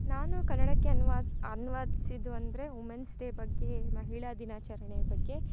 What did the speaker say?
ನಾನು ಕನ್ನಡಕ್ಕೆ ಅನುವಾದ ಅನುವಾದ್ಸಿದ್ದು ಅಂದರೆ ವುಮೆನ್ಸ್ ಡೇ ಬಗ್ಗೆ ಮಹಿಳಾ ದಿನಾಚರಣೆಯ ಬಗ್ಗೆ